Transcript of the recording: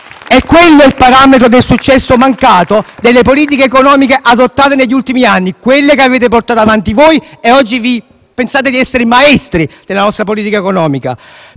È quello il parametro del successo mancato delle politiche economiche adottate negli ultimi anni, quella che avete portato avanti voi, che oggi pensate di essere maestri della nostra politica economica.